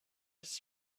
has